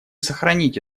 сохранить